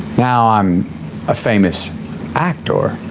now i'm a famous actor,